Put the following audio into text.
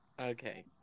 Okay